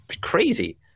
crazy